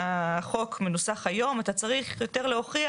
שהחוק מנוסח היום אתה צריך יותר להוכיח.